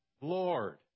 Lord